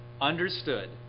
understood